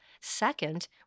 Second